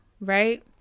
Right